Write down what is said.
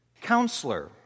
counselor